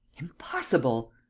impossible!